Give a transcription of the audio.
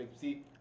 see